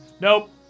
Nope